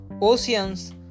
oceans